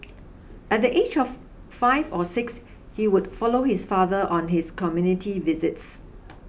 at the age of five or six he would follow his father on his community visits